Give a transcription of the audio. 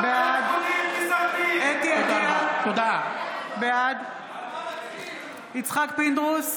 בעד חוה אתי עטייה, בעד יצחק פינדרוס,